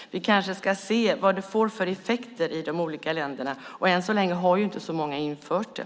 Vi kanske ska se vad det får för effekter i de olika länderna. Än så länge har inte så många infört det.